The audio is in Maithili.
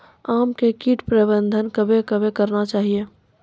आम मे कीट प्रबंधन कबे कबे करना चाहिए?